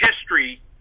history